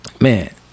man